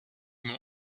m’ont